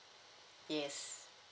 yes